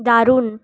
দারুণ